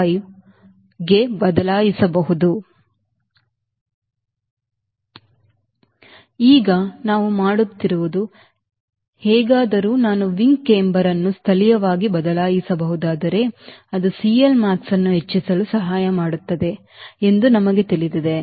5 ಕ್ಕೆ ಬದಲಾಯಿಸಬಹುದು ಈಗ ನಾವು ಮಾಡುತ್ತಿರುವುದು ಹೇಗಾದರೂ ನಾನು Wing camber ಅನ್ನು ಸ್ಥಳೀಯವಾಗಿ ಬದಲಾಯಿಸಬಹುದಾದರೆ ಅದು CLmax ಅನ್ನು ಹೆಚ್ಚಿಸಲು ಸಹಾಯ ಮಾಡುತ್ತದೆ ಎಂದು ನಮಗೆ ತಿಳಿದಿದೆ